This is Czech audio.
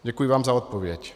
Děkuji vám za odpověď.